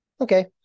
Okay